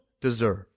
deserve